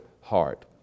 heart